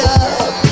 up